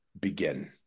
begin